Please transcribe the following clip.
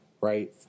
right